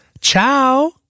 Ciao